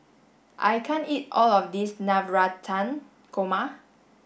I can't eat all of this Navratan Korma